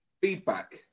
feedback